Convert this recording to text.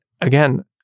again